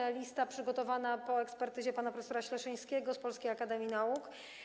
Lista została przygotowana po ekspertyzie pana prof. Śleszyńskiego z Polskiej Akademii Nauk.